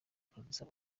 producer